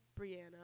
Brianna